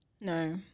no